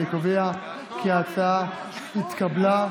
אני קובע כי ההצעה התקבלה,